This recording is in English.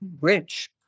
rich